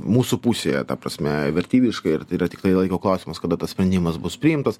mūsų pusėje ta prasme vertybiškai ir tai yra tiktai laiko klausimas kada tas sprendimas bus priimtas